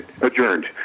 adjourned